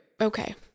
Okay